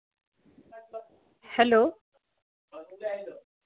hello